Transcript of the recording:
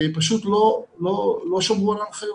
פשוט לא שמרו על ההנחיות.